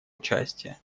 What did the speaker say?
участие